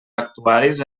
actuaris